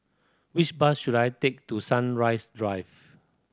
which bus should I take to Sunrise Drive